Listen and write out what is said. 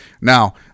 Now